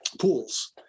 pools